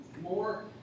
more